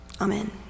Amen